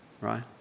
right